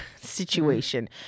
situation